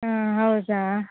ಹಾಂ ಹೌದಾ